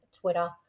Twitter